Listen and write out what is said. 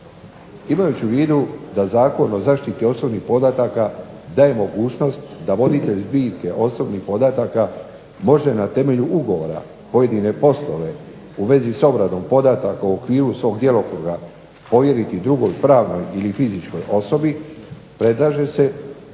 Imajući u vidu da Zakon o zaštiti osobnih podataka daje mogućnost da voditelj zbirke osobnih podataka može na temelju ugovora pojedine poslove u vezi sa obradom podataka u okviru svog djelokruga povjeriti drugoj pravnoj ili fizičkoj osobi predlaže se da